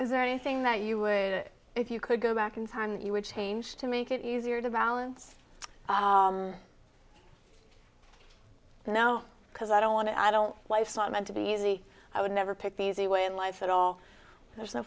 is there anything that you were to if you could go back in time that you would change to make it easier to balance now because i don't want to i don't life's not meant to be easy i would never pick the easy way in life at all there's no